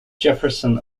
jefferson